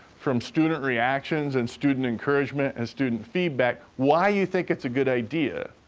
from student reactions and student encouragement and student feedback, why you think it's a good idea,